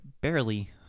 barely